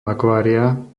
akvária